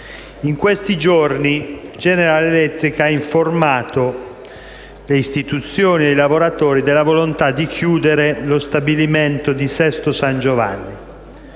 In questi giorni la General Electric ha informato le istituzioni e i lavoratori della volontà di chiudere lo stabilimento di Sesto San Giovanni.